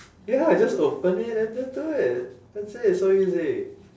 ya lah I just open it and then do it that's it it's so easy